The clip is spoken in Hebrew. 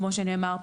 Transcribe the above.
כמו שנאמר פה,